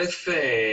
ראשית,